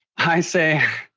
i say,